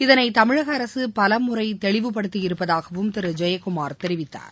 இதனைதமிழகஅரசுபலமுறைதெளிவுபடுத்தியிருப்பதாகவும் திருஜெயக்குமார் தெரிவித்தார்